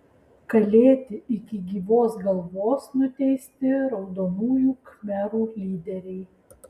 kalėti iki gyvos galvos nuteisti raudonųjų khmerų lyderiai